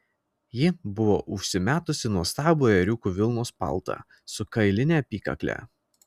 ji buvo užsimetusi nuostabų ėriukų vilnos paltą su kailine apykakle